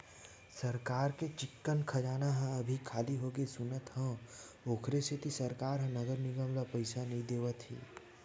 सरकार के चिक्कन खजाना ह अभी खाली होगे सुनत हँव, ओखरे सेती सरकार ह नगर निगम ल पइसा नइ देवत हे